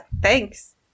thanks